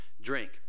drink